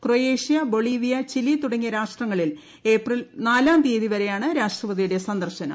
Croatia Bolivia Chile തുടങ്ങിയ രാഷ്ട്രങ്ങളിൽ April നാലാം തീയതിവരെയാണ് രാഷ്ട്രപതിയുടെ സന്ദർശനം